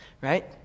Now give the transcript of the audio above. right